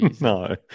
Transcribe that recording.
No